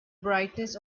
brightness